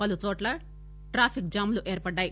పలుచోట్ల traffic jam లు ఏర్పడ్డాయి